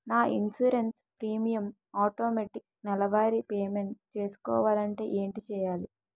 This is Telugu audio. నా ఇన్సురెన్స్ ప్రీమియం ఆటోమేటిక్ నెలవారి పే మెంట్ చేసుకోవాలంటే ఏంటి చేయాలి?